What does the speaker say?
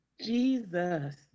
Jesus